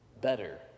better